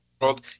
world